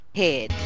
head